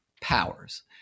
powers